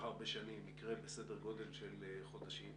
הרבה שנים יקרה בסדר גודל של חודשים.